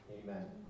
amen